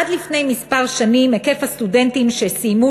עד לפני מספר שנים היקף הסטודנטים שסיימו